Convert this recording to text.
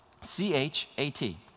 C-H-A-T